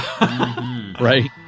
right